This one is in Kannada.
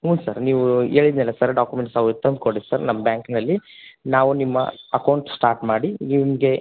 ಹ್ಞೂ ಸರ್ ನೀವು ಹೇಳಿದ್ನಲ್ಲ ಸರ್ ಡಾಕುಮೆಂಟ್ಸ್ ಅವು ತಂದು ಕೊಡಿ ಸರ್ ನಮ್ಮ ಬ್ಯಾಂಕ್ನಲ್ಲಿ ನಾವು ನಿಮ್ಮ ಅಕೌಂಟ್ ಸ್ಟಾರ್ಟ್ ಮಾಡಿ ನಿಮಗೆ